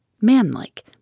Manlike